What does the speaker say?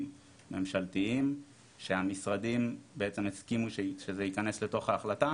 ממשלתיים שהמשרדים בעצם הסכימו שזה ייכנס לתוך ההחלטה,